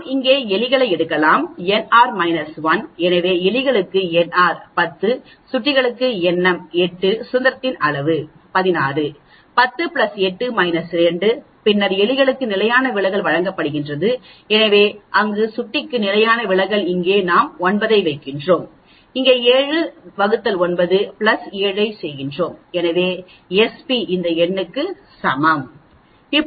நாம் இங்கே எலிகளை எடுக்கலாம் nR -1 எனவே எலிகளுக்கு nR 10 சுட்டிக்கு nm 8 சுதந்திரத்தின் அளவு 16 10 8 2 பின்னர் எலிகளுக்கு நிலையான விலகல் வழங்கப்படுகிறது எனவே அங்கு சுட்டிக்கு நிலையான விலகல் இங்கே நாம் 9 ஐ வைக்கிறோம் இங்கே 7 ÷ 9 7 ஐ வைக்கிறோம் எனவே எஸ்பி இந்த எண்ணுக்கு சமம்